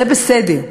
זה בסדר.